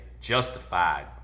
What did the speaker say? justified